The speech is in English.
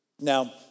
Now